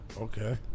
okay